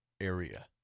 area